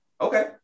okay